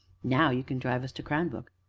now you can drive us to cranbrook.